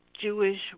Jewish